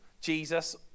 Jesus